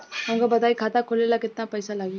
हमका बताई खाता खोले ला केतना पईसा लागी?